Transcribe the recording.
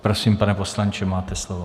Prosím, pane poslanče, máte slovo.